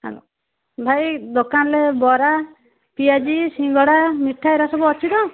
hello ଭାଇ ଦୋକାନରେ ବରା ପିଆଜି ସିଙ୍ଗଡ଼ା ମିଠା ଏଗୁଡ଼ା ସବୁ ଅଛି ତ